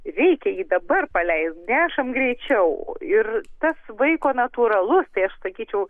reikia jį dabar paleist nešam greičiau ir tas vaiko natūralus tai aš sakyčiau